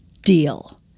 Deal